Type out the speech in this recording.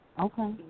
okay